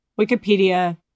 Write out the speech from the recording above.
Wikipedia